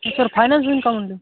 हां sir finance होईल का म्हटले